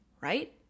right